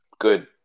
good